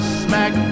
smack